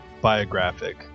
Biographic